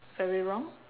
very wrong